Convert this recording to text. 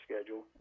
schedule